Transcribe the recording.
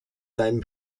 seinen